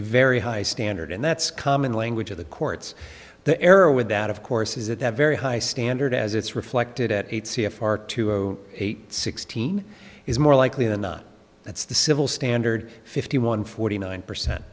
very high standard and that's common language of the courts the error with that of course is that that very high standard as it's reflected at eight c f r two eight sixteen is more likely than not that's the civil standard fifty one forty nine percent